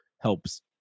helps